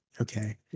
Okay